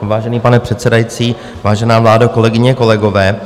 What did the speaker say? Vážený pane předsedající, vážená vládo, kolegyně, kolegové.